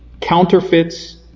Counterfeits